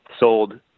sold